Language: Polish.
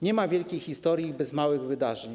Nie ma wielkiej historii bez małych wydarzeń.